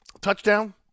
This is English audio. touchdown